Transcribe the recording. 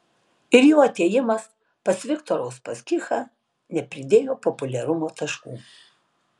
ir jo atėjimas pas viktorą uspaskichą nepridėjo populiarumo taškų